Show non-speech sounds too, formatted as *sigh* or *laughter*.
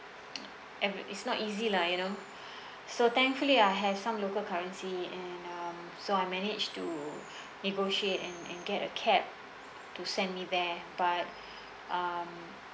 and it's not easy lah you know *breath* so thankfully I have some local currency and um so I manage to negotiate and and get a cab to send me there but um